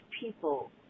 people